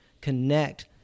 connect